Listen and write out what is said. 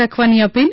રાખવાની અપીલ